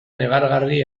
negargarri